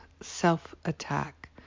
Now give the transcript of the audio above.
self-attack